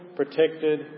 protected